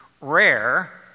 rare